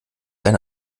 ein